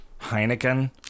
Heineken